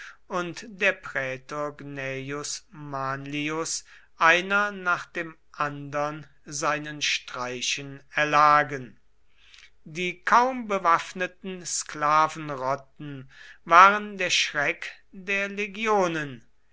und der prätor gnaeus manlius einer nach dem andern seinen streichen erlagen die kaum bewaffneten sklavenrotten waren der schreck der legionen